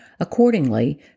Accordingly